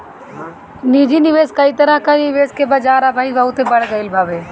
निजी निवेश कई तरह कअ निवेश के बाजार अबही बहुते बढ़ गईल हवे